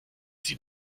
sie